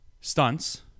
stunts